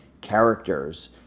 characters